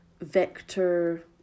vector